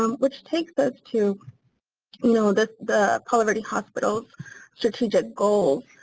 um which takes us to you know the the palo verde hospital's strategic goals.